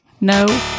No